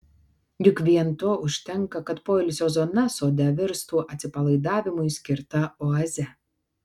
juk vien to užtenka kad poilsio zona sode virstų atsipalaidavimui skirta oaze